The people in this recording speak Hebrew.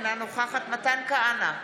אינה נוכחת מתן כהנא,